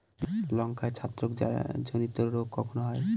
লঙ্কায় ছত্রাক জনিত রোগ কখন হয়?